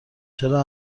چرا